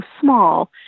small